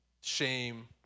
shame